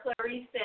Clarice